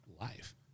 life